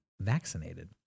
vaccinated